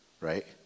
right